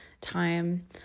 time